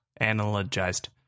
analogized